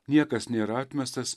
niekas nėra atmestas